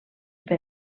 per